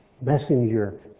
messenger